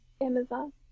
Amazon